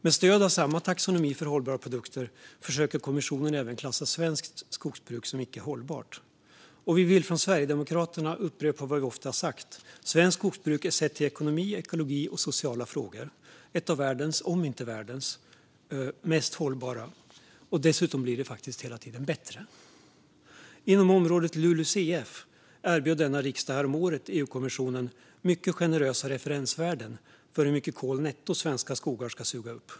Med stöd av samma taxonomi för hållbara produkter försöker kommissionen även klassa svenskt skogsbruk som icke hållbart. Vi vill från Sverigedemokraterna upprepa vad vi ofta sagt: Svenskt skogsbruk är sett till ekonomi, ekologi och sociala frågor ett av världens, om inte världens, mest hållbara. Dessutom blir det faktiskt hela tiden bättre. Inom området LULUCF erbjöd denna riksdag häromåret EU-kommissionen mycket generösa referensvärden för hur mycket kol netto svenska skogar ska suga upp.